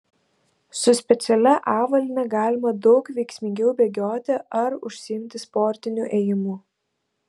su specialia avalyne galima daug veiksmingiau bėgioti ar užsiimti sportiniu ėjimu